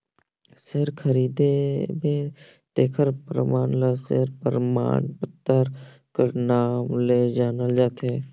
share खरीदबे तेखर परमान ल सेयर परमान पतर कर नांव ले जानल जाथे